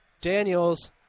Daniels